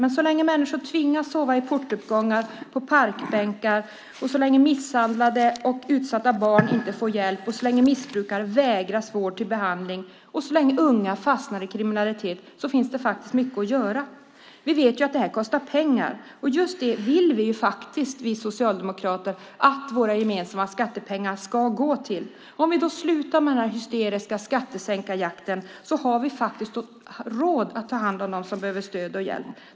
Men så länge människor tvingas sova i portuppgångar eller på parkbänkar, så länge misshandlade och utsatta barn inte får hjälp, så länge missbrukare förvägras vård och behandling och så länge unga fastnar i kriminalitet finns det mycket att göra. Vi vet att det här kostar pengar, men just detta vill vi socialdemokrater att våra gemensamma skattepengar ska gå till. Om vi slutar med den hysteriska skattesänkarjakten har vi råd att ta hand om dem som behöver stöd och hjälp.